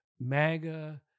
MAGA